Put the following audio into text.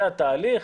זה התהליך,